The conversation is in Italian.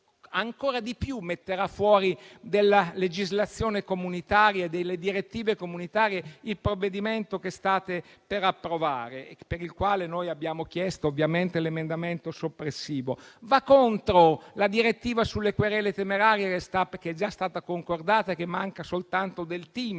ancora di più metterà fuori della legislazione comunitaria e delle direttive comunitarie il provvedimento che state per approvare e per il quale noi abbiamo presentato, ovviamente, un emendamento soppressivo. Inoltre, va contro la direttiva sulle querele temerarie che è già stata concordata e che manca soltanto del